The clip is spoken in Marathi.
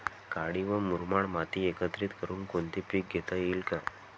काळी व मुरमाड माती एकत्रित करुन कोणते पीक घेता येईल का?